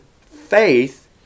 faith